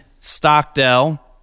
Stockdale